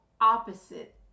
opposite